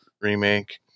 remake